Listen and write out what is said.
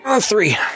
Three